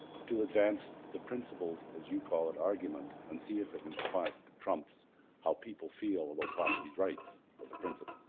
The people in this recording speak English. to advance the principle, as you call it, argument and see if it in fact trumps how people feel about property rights as a principle.